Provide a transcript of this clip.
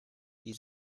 die